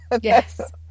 yes